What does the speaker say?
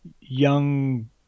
young